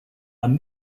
and